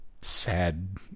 sad